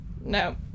No